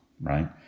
right